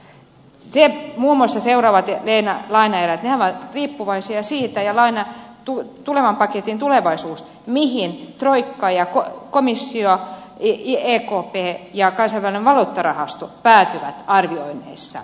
muun muassa seuraavat lainaeräthän ja tulevan paketin tulevaisuus ovat riippuvaisia siitä ja laina tuettuna hakikin tulevaisuus mihin troikka komissio ekp ja kansainvälinen valuuttarahasto päätyy arvioinneissaan